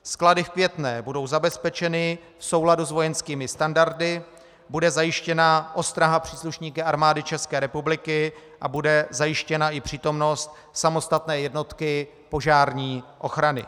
Sklady v Květné budou zabezpečeny v souladu s vojenskými standardy, bude zajištěna ostraha příslušníky Armády České republiky a bude zajištěna i přítomnost samostatné jednotky požární ochrany.